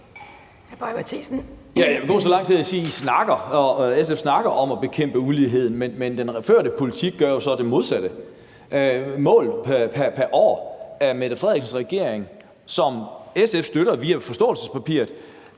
Jeg vil gå så langt som til at sige, at SF snakker om at bekæmpe uligheden, men at den førte politik jo så gør det modsatte. Målt pr. år er Mette Frederiksens regering, som SF støtter via forståelsespapiret,